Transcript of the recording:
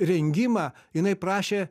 rengimą jinai prašė